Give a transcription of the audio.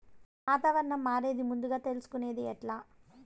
వాతావరణం మారేది ముందుగా తెలుసుకొనేది ఎట్లా?